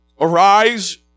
Arise